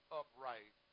upright